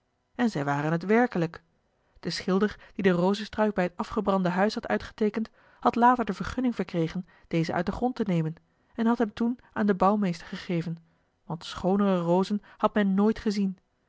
en zij waren het werkelijk de schilder die den rozestruik bij het afgebrande huis had uitgeteekend had later de vergunning verkregen dezen uit den grond te nemen en had hem toen aan den bouwmeester gegeven want schoonere rozen had men nooit gezien